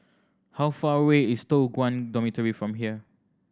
how far away is Toh Guan Dormitory from here